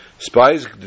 Spies